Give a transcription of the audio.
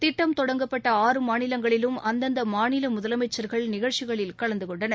திட்டம் தொடங்கப்பட்ட ஆறு மாநிலங்களிலும் அந்தந்த மாநில முதலமைச்சா்கள் நிகழ்ச்சிகளில் கலந்துகொண்டனர்